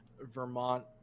vermont